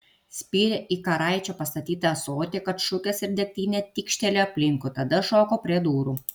spyrė į karaičio pastatytą ąsotį kad šukės ir degtinė tykštelėjo aplinkui tada šoko prie durų